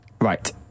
Right